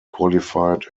qualified